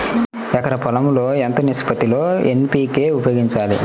ఎకరం పొలం లో ఎంత నిష్పత్తి లో ఎన్.పీ.కే ఉపయోగించాలి?